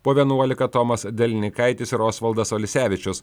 po vienuolika tomas delininkaitis ir osvaldas olisevičius